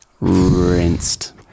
rinsed